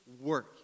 work